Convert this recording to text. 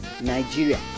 Nigeria